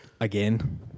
Again